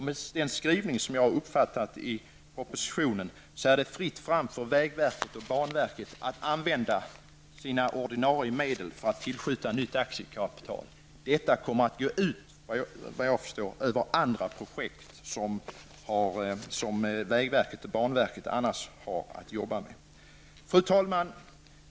Med den skrivning som jag har uppfattat i propositionen är det fritt fram för vägverket och banverket att använda sina ordinarie medel för att tillskjuta nytt aktiekapital. Detta kommer såvitt jag förstår gå ut över andra projekt som vägverket och banverket arbetar med. Fru talman!